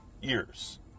years